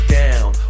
down